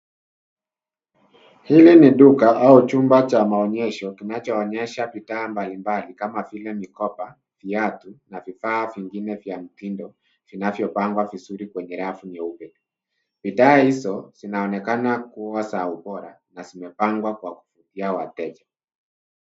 Hili ni duka au chumba cha maonyesho kinachoonyesha bidhaa mbali mbali kama vile mikoba, viatu na vifaa vingine vya mitindo vinavyopangwa vizuri kwenye rafu nyeupe . Bidhaa hizo zinaonekana kuwa za ubora na zimepangwa kwa kuvutia wateja.